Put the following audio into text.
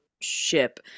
Ship